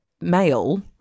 male